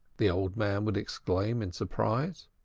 the old man would exclaim in surprise.